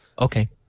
Okay